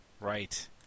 Right